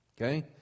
okay